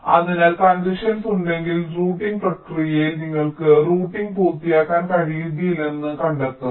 അതിനാൽ കൺജഷൻസ് ഉണ്ടെങ്കിൽ റൂട്ടിംഗ് പ്രക്രിയയിൽ നിങ്ങൾക്ക് റൂട്ടിംഗ് പൂർത്തിയാക്കാൻ കഴിയുന്നില്ലെന്ന് നിങ്ങൾ കണ്ടെത്തും